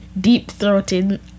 deep-throated